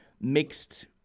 mixed